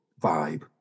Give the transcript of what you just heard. vibe